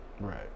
right